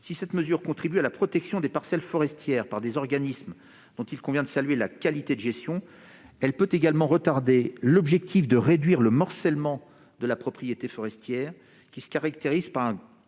Si cette mesure contribue à la protection des parcelles forestières par des organismes dont il convient de saluer la qualité de gestion, elle peut également retarder l'objectif de réduire le morcellement de la propriété forestière, qui se caractérise par un